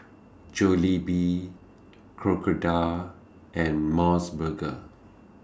Jollibee Crocodile and Mos Burger